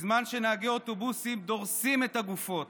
בזמן שנהגי אוטובוסים דורסים את הגופות.